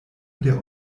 der